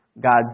God's